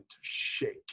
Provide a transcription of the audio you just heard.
shake